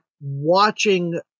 watching